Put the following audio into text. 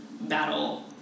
battle